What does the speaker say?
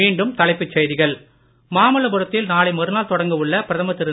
மீண்டும் தலைப்புச்செய்திகள் மாமல்லபுரத்தில் நாளை மறுநாள் தொடங்க உள்ள பிரதமர் திரு